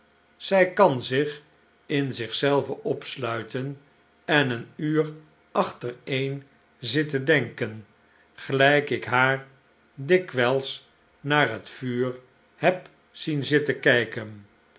zij kan zich in zich zelve opsluiten en een uur achtereen zitten denken gelijk ik haar dikwijls naar het vuur heb zien zitten kijken